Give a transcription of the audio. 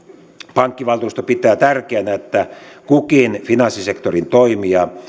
pankkivaltuusto pitää tärkeänä että kukin finanssisektorin toimija